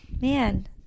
man